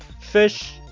fish